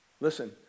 listen